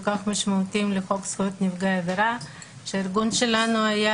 כך משמעותיים לחוק זכויות נפגעי עבירה שהארגון שלנו היה